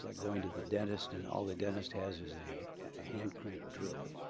like going to the dentist and all the dentist has is a hand crank drill.